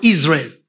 Israel